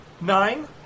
Nine